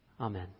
Amen